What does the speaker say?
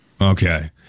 Okay